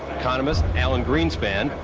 economist alan greenspan,